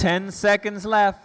ten seconds left